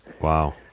Wow